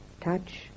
Touch